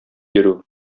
йөрү